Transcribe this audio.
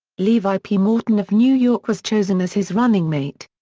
levi p. morton of new york was chosen as his running mate.